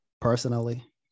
personally